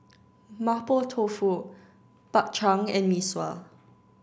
Mapo Tofu Bak Chang and Mee Sua